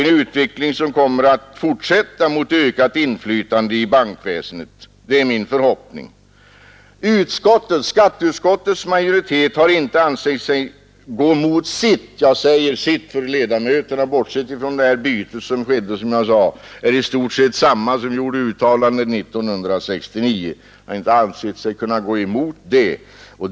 En utveckling, som kommer att fortsätta mot ett ökat inflytande i bankväsendet, är min förhoppning. Skatteutskottets majoritet har inte ansett sig gå emot sitt uttalande från 1969. Jag säger ”sitt”, för ledamöterna — bortsett från det byte som skedde — är i stort sett desamma som gjorde uttalandet 1969.